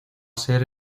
ser